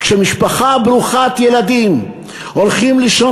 כשבמשפחה ברוכת ילדים הילדים הולכים לישון